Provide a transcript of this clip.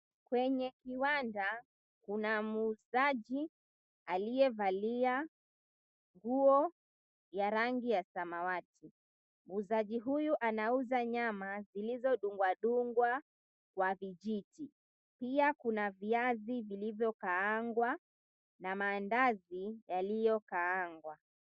Kwenye kiwanda kuna muuzaji aliyevalia nguo ya rangi ya samawati muuzaji huyu anauza nyama zilizo dungwadungwa na vijiti pia kuna viazi vilivyo kaangwa na mandazi yaliyokaangwa.